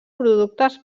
productes